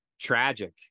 tragic